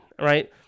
right